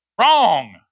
wrong